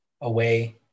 away